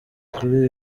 kuri